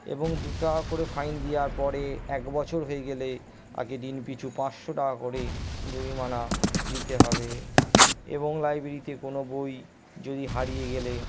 এবং দুটাকা করে ফাইন দেওয়ার পরে এক বছর হয়ে গেলে তাকে দিন পিছু পাঁচশো টাকা করে জরিমানা দিতে হবে এবং লাইব্রেরিতে কোনো বই যদি হারিয়ে গেলে